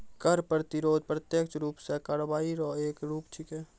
कर प्रतिरोध प्रत्यक्ष रूप सं कार्रवाई रो एक रूप छिकै